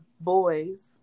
boys